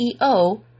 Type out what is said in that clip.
CEO